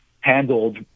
handled